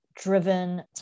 driven